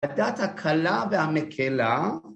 ‫הדת הקלה והמקלה.